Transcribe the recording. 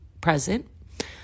present